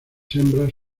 hembras